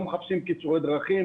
לא מחפשים קיצורי דרכים,